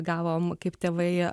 gavom kaip tėvai